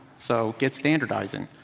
so get standardizing.